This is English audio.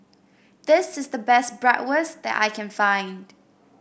this is the best Bratwurst that I can find